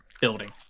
building